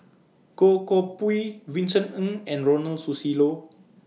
Goh Koh Pui Vincent Ng and Ronald Susilo